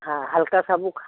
हाँ हल्का सा बुख़ार